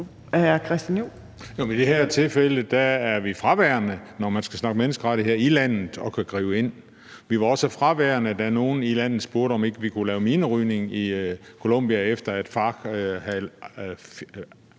i det her tilfælde er vi fraværende, når man skal snakke menneskerettigheder i landet, og hvad angår det at gribe ind. Vi var også fraværende, da nogle i landet spurgte, om ikke vi kunne lave minerydning i Colombia, efter at FARC